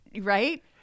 right